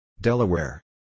Delaware